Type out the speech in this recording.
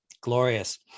glorious